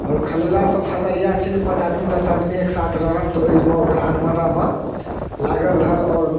आओर खेलेलासँ फायदा इएह छै जे पाँच आदमी दस आदमी एकसाथ रहल तऽ ओ ओइमे ओकरा अनमनामे लागल रहल आओर